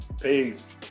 Peace